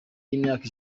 y’imyaka